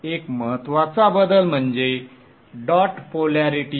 एक महत्त्वाचा बदल म्हणजे डॉट पोलॅरिटी